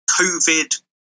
COVID